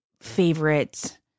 favorite